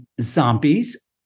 zombies